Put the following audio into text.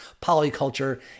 polyculture